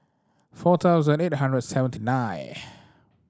four thousand eight hundred seventy nineth